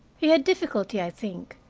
he had difficulty, i think,